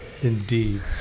Indeed